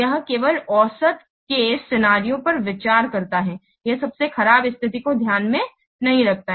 यह केवल औसत केस सेनारिओ पर विचार करता है यह सबसे खराब स्थिति को ध्यान में नहीं रखता है